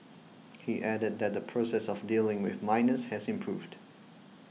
he added that the process of dealing with minors has improved